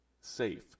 safe